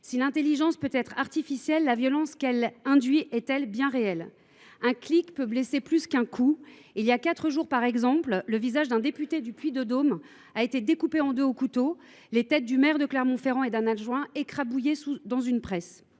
Si l’intelligence peut être artificielle, la violence qu’elle induit est, elle, bien réelle. Un clic peut blesser plus qu’un coup. Voilà quatre jours, le visage d’un député du Puy de Dôme a été découpé en deux au couteau, tandis que la tête du maire de Clermont Ferrand et celle d’un adjoint étaient écrabouillées dans une presse.